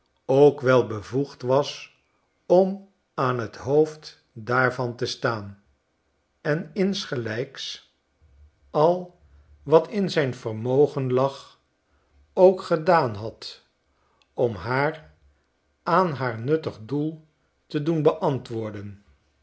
ook wel bevoegd was om aan t hoofd daarvan te staan en insgelijks al wat in zijn vermogen lag ook gedaan had om haar aan haar nuttig doel te doen beantwoorden